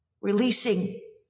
releasing